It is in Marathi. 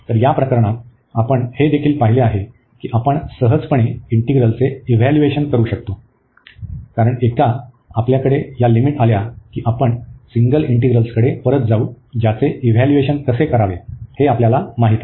तर या प्रकरणात आपण हे देखील पाहिले आहे की आपण सहजपणे इंटीग्रलचे इव्हाल्युएशन करू शकतो कारण एकदा आपल्याकडे या लिमिट आल्या की आपण सिंगल इंटिग्रल्सकडे परत जाऊ ज्याचे इव्हाल्युएशन कसे करावे हे आपल्याला माहित आहे